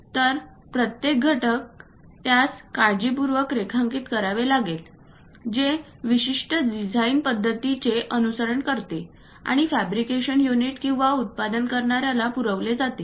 तर प्रत्येक घटक त्यास काळजीपूर्वक रेखांकित करावे लागेल जे विशिष्ट डिझाइन पद्धतींचे अनुसरण करते आणि फॅब्रिकेशन युनिट किंवा उत्पादन करणार्याला पुरवले जाते